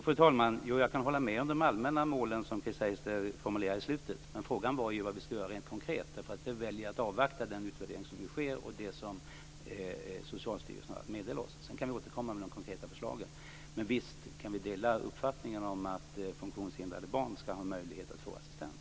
Fru talman! Jo, jag kan hålla med om de allmänna mål som Chris Heister formulerar i slutet av sitt inlägg, men frågan var ju vad vi skulle göra rent konkret. Därför väljer jag att avvakta den utvärdering som nu sker för att se vad Socialstyrelsen meddelar oss. Sedan kan vi återkomma med de konkreta förslagen. Men visst kan vi dela uppfattningen om att funktionshindrade barn skall ha möjlighet att få assistans.